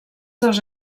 dos